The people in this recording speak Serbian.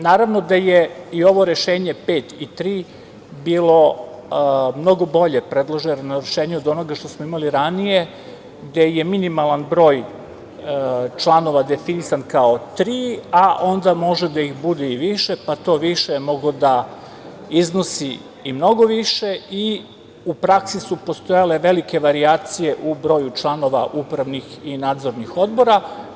Naravno da je ovo predloženo rešenje pet i tri bilo mnogo bolje od onoga što smo imali ranije, gde je minimalan broj članova definisan kao tri, a onda može da ih bude i više, pa to više je moglo da iznosi i mnogo više i u praksi su postojale velike varijacije u broju članova upravnih i nadzornih odbora.